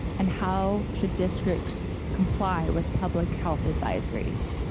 and how should districts comply with public health advisories?